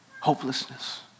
hopelessness